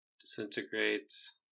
disintegrates